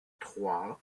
trois